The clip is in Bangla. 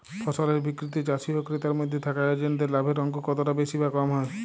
ফসলের বিক্রিতে চাষী ও ক্রেতার মধ্যে থাকা এজেন্টদের লাভের অঙ্ক কতটা বেশি বা কম হয়?